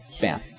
bam